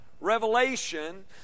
Revelation